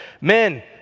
Men